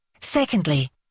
Secondly